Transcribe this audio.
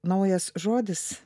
naujas žodis